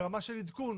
ברמה של עדכון.